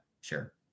sure